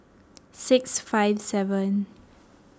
six five seven